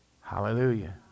Hallelujah